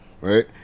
Right